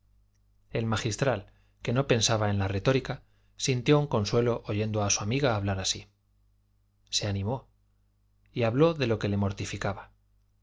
el magistral que no pensaba en la retórica sintió un consuelo oyendo a su amiga hablar así se animó y habló de lo que le mortificaba